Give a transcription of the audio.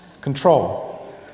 Control